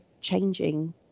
changing